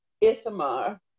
Ithamar